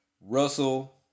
Russell